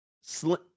Slim